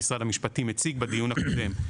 ממשרד המשפטים הציג בדיון הקודם,